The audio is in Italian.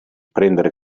prendere